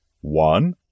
One